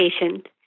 patient